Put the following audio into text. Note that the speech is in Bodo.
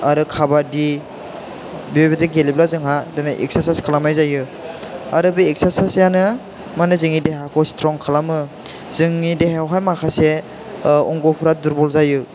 आरो काबादि बेबायदि गेलेब्ला जोंहा दिनै एकसारसाइस खालामनाय जायो आरो बे एकसारसाइस आनो माने जोंनि देहाखौ स्थ्रं खालामो जोंनि देहायावहाय माखासे अंगफ्रा दुरबल जायो